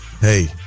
Hey